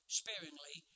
sparingly